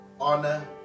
honor